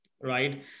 right